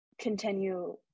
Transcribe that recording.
continue